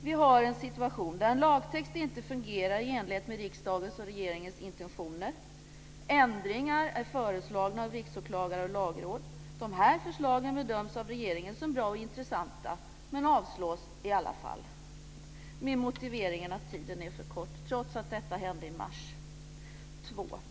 Vi har en situation där en lagtext inte fungerar i enlighet med riksdagens och regeringens intentioner. Ändringar är föreslagna av riksåklagare och lagråd. Dessa förslag bedöms av regeringen som bra och intressanta, men de avslås i alla fall med motiveringen att tiden är för kort - trots att detta hände i mars.